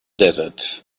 desert